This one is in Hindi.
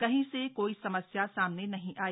कही से कोई समस्या सामने नहीं आई